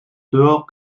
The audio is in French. dehors